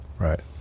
right